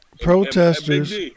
protesters